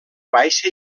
baixa